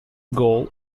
goal